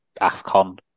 AFCON